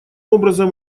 образом